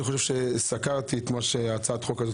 אני חושב שסקרתי את מה שאומרת הצעת החוק הזו.